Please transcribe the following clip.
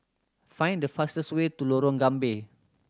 find the fastest way to Lorong Gambir